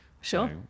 Sure